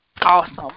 awesome